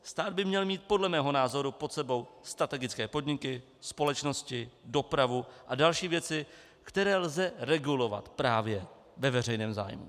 Stát by měl mít podle mého názoru pod sebou strategické podmínky, společnosti, dopravu a další věci, které lze regulovat právě ve veřejném zájmu.